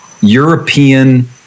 European